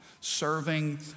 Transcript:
Serving